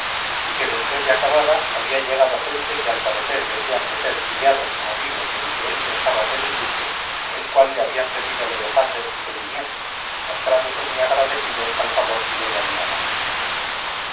y que después de acabada había llegado gente que al parecer debían de ser criados o amigos del que él pensaba ser el duque el cual le había pedido le dejase y se viniese mostrándose muy agradecido al favor que yo le había dado